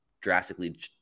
drastically